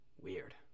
Weird